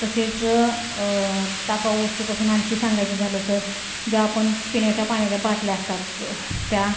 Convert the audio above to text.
तसेच टाकाऊ वस्तूपासून आणखी सांगायचं झालं तर ज्या आपण पिण्याच्या पाण्याच्या बाटल्या असतात त्या